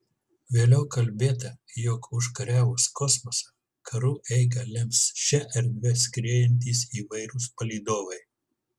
vėliau kalbėta jog užkariavus kosmosą karų eigą lems šia erdve skriejantys įvairūs palydovai